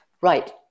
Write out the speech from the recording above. right